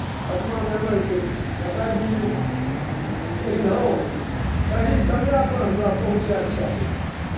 केतना लेबै से बताए दियै लेकिन हँ सही समएपर हमरा पहुँचैके चाही